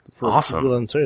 Awesome